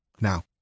Now